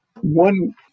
one